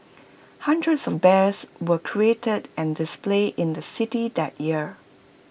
hundreds of bears were created and displayed in the city that year